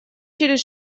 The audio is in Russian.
через